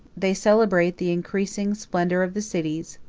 they celebrate the increasing splendor of the cities,